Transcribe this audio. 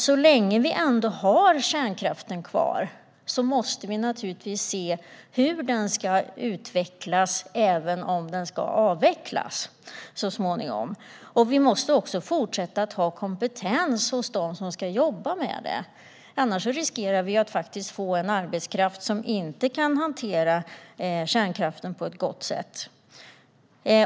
Så länge vi ändå har kärnkraften kvar måste vi naturligtvis titta på hur den ska utvecklas, även om den så småningom ska avvecklas. Vi måste också fortsätta att ha kompetens hos dem som ska jobba med den - annars riskerar vi att få en arbetskraft som inte kan hantera kärnkraften på ett gott sätt.